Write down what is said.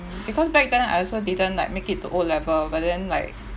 because back then I also didn't like make it to O level but then like